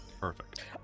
Perfect